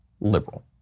liberal